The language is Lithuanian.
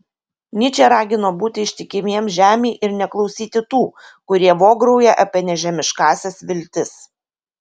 nyčė ragino būti ištikimiems žemei ir neklausyti tų kurie vograuja apie nežemiškąsias viltis